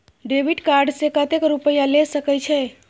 Debit card से कतेक रूपया ले सके छै?